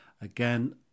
Again